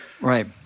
Right